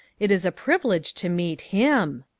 it is a privilege to meet him.